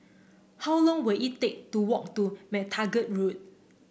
how long will it take to walk to MacTaggart Road